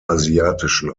asiatischen